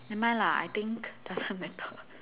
never mind lah I think doesn't matter